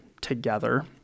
together